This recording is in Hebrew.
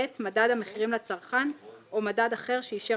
(ב) מדד המחירים לצרכן או מדד אחר שאישר